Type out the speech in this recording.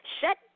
shut